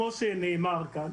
כמו שנאמר כאן,